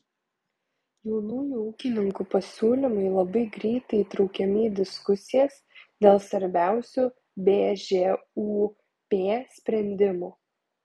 jaunųjų ūkininkų pasiūlymai labai greitai įtraukiami į diskusijas dėl svarbiausių bžūp sprendimų